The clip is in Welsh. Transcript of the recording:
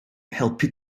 helpu